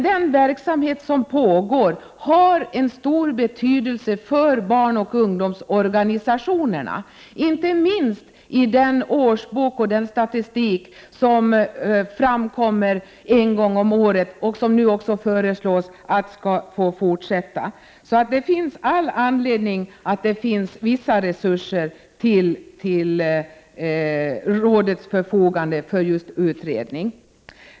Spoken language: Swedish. Den verksamhet som pågår har emellertid en stor betydelse för barnoch ungdomsorganisationerna, inte minst den årsbok och den statistik som framkommer en gång om året. Den föreslås nu också få fortsätta. Det finns all anledning att ha vissa resurser till rådets förfogande för just utredning.